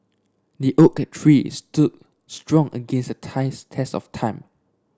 the oak tree stood strong against the test test of time